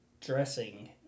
dressing